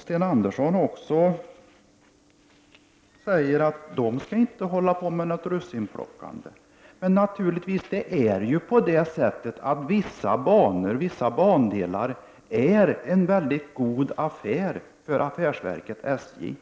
Sten Andersson säger också att moderaterna inte skall hålla på med något russinplockande. Men vissa banor och vissa bandelar är ju en mycket god affär för affärsverket SJ.